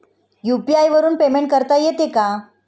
UPI वरून payment करता येते का?